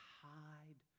hide